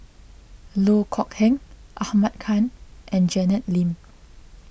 Loh Kok Heng Ahmad Khan and Janet Lim